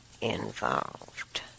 involved